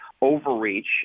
overreach